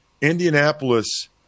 Indianapolis